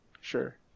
sure